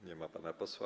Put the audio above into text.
Nie ma pana posła.